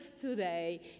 today